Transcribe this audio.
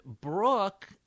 Brooke